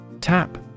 Tap